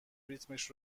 ریتمش